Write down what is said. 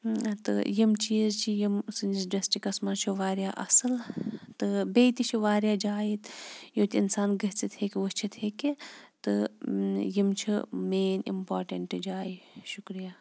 تہٕ یِم چیٖز چھِ یِم سٲنِس ڈِسٹِرٛکَس منٛز چھِ واریاہ اَصٕل تہٕ بیٚیہِ تہِ چھِ واریاہ جایہِ ییٚتہِ یوٚت اِنسان گٔژھِتھ ہیٚکہِ وٕچھِتھ ہیٚکہِ تہٕ یِم چھِ مین اِمپاٹٮ۪نٛٹ جایہِ شُکریہ